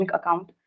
account